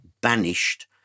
banished